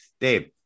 Dave